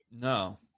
no